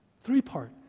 Three-part